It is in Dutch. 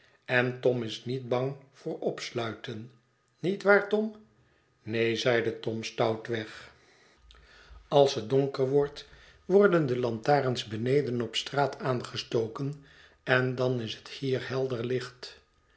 en tom is niet bang voor opsluiten niet waar tom neen zeide tom stoutweg als het donker wordt worden de lantarens beneden op straat aangestoken en dan is het hier helder licht